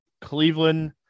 Cleveland